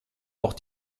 auch